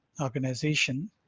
organization